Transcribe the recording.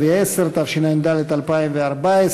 110), התשע"ד 2014,